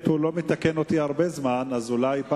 מי